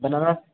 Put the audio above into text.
banana